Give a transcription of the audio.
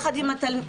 יחד עם התלמיד,